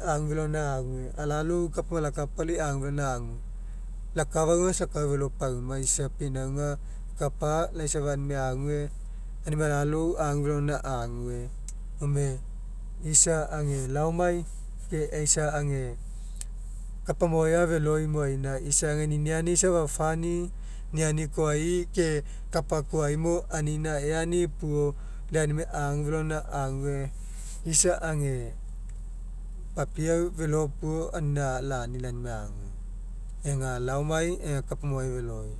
agu felo alogaina ague alalou kapao alakapa lai agufelo alogaina ague. Lau akafau aga isa aka felo pauma lai pinauga ekapa lau aunimai ague aunimai alalou agu felo alogaina ague. Gome isa age laomai ke isa kapa maoai aga feloi moaina isa age niniani safa funny ninniani koai ke kapa koama anina eani puo lai aunimai agu felo alogaina ague. Isa age papiau felo puo anina lani lau aunimai ague. Ega laomai ega kapa maoai feloi